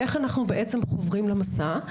איך אנחנו בעצם חוברים למסע?